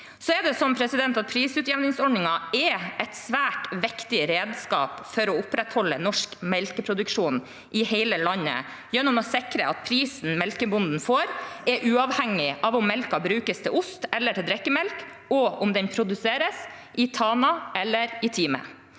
Prisutjevningsordningen er et svært viktig redskap for å opprettholde norsk melkeproduksjon i hele landet gjennom å sikre at prisen melkebonden får, er uavhengig av om melken brukes til ost eller til drikkemelk, og om den produseres i Tana eller i Time.